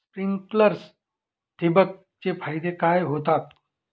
Sprinklers ठिबक चे फायदे काय होतात?